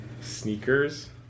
Sneakers